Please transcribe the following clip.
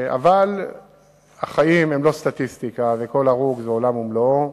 אבל החיים הם לא סטטיסטיקה וכל הרוג זה עולם ומלואו.